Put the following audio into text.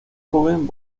joven